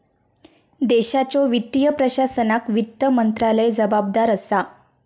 देशाच्यो वित्तीय प्रशासनाक वित्त मंत्रालय जबाबदार असा